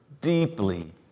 deeply